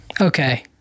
Okay